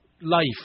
life